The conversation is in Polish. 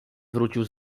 wrócił